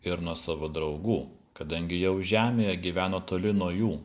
ir nuo savo draugų kadangi jau žemėje gyveno toli nuo jų